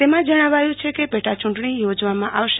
તેમાં જણાવ્યું છે કે પેટા ચુટણી યોજવામાં આવશે